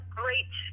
great